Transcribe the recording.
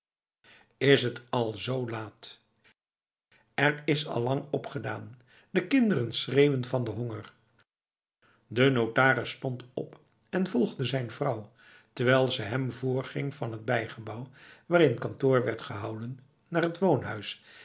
is het al z laatf er is allang opgedaan de kinderen schreeuwen van de honger de notaris stond op en volgde zijn vrouw terwijl ze hem voorging van het bijgebouw waarin kantoor werd gehouden naar t woonhuis